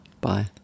Bye